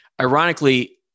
ironically